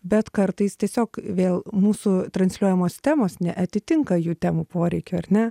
bet kartais tiesiog vėl mūsų transliuojamos temos neatitinka jų temų poreikių ar ne